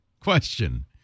question